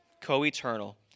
co-eternal